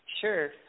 sure